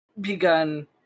begun